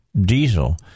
diesel